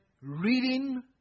reading